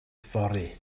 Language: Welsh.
fory